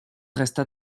resta